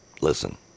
listen